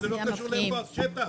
זה לא קשור לאיפה השטח.